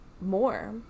More